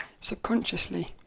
subconsciously